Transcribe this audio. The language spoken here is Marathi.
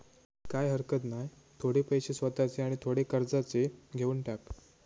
काय हरकत नाय, थोडे पैशे स्वतःचे आणि थोडे कर्जाचे घेवन टाक